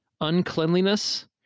uncleanliness